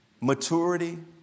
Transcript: maturity